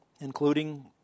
including